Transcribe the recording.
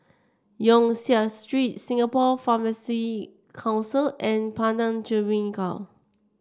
Yong Siak Street Singapore Pharmacy Council and Padang Jeringau